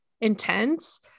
intense